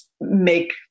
make